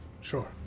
Sure